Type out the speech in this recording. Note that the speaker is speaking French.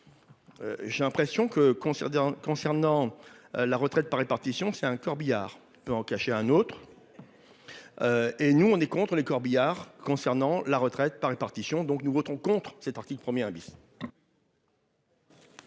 J'ai l'impression que concernant, concernant. La retraite par répartition, c'est un corbillard peut en cacher un autre. Et nous on est contre les corbillards concernant la retraite par répartition. Donc, nous voterons contre cet article 1er bis.